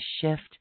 shift